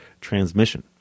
transmission